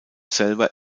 selber